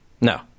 no